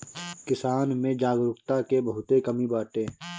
किसान में जागरूकता के बहुते कमी बाटे